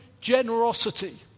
generosity